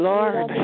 Lord